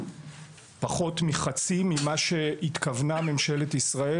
זה פחות מחצי ממה שהתכוונה לבצע ממשלת ישראל,